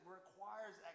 requires